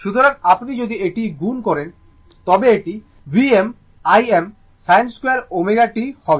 সুতরাং আপনি যদি এটি গুণ করেন তবে এটি Vm Im sin 2 ω t হবে